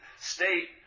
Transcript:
state